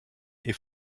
est